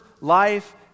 life